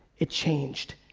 it changed.